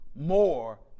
more